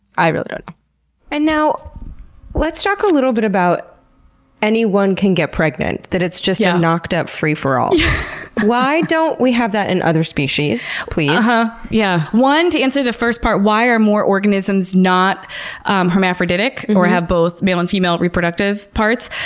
i really don't know. and now let's talk a little bit about anyone can get pregnant, that it's just a knocked-up free for-all. why don't we have that in other species, please? but yeah one, to answer the first part, why are more organisms not hermaphroditic or have both male and female reproductive parts?